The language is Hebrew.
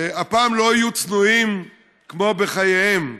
שהפעם לא יהיו צנועים כמו בחייהם.